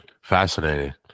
Fascinating